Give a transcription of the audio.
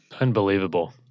Unbelievable